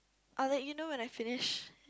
I'll let you know when I finish